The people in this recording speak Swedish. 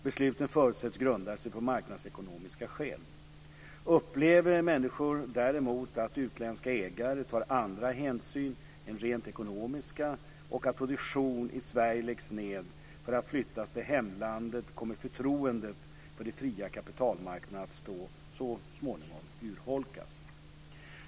Besluten förutsätts grunda sig på marknadsekonomiska skäl. Upplever människor däremot att utländska ägare tar andra hänsyn än rent ekonomiska och att produktion i Sverige läggs ned för att flyttas till hemlandet kommer förtroendet för de fria kapitalmarknaderna att så småningom urholkas.